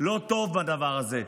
לא טוב בדבר הזה,